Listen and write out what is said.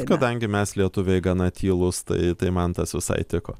kadangi mes lietuviai gana tylūs tai tai man tas visai tiko